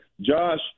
Josh